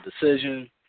decision